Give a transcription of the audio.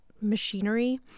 machinery